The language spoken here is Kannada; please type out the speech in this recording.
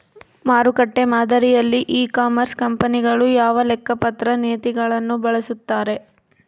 ಮಾರುಕಟ್ಟೆ ಮಾದರಿಯಲ್ಲಿ ಇ ಕಾಮರ್ಸ್ ಕಂಪನಿಗಳು ಯಾವ ಲೆಕ್ಕಪತ್ರ ನೇತಿಗಳನ್ನು ಬಳಸುತ್ತಾರೆ?